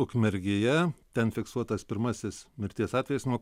ukmergėje ten fiksuotas pirmasis mirties atvejis nuo